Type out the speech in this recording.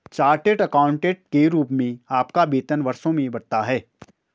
chartered accountant के रूप में आपका वेतन वर्षों में बढ़ता है